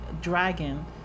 dragon